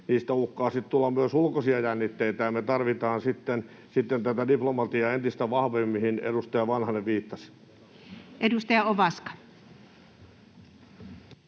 niistä uhkaa sitten tulla myös ulkoisia jännitteitä ja me tarvitaan sitten entistä vahvemmin tätä diplomatiaa, mihin edustaja Vanhanen viittasi. Edustaja Ovaska.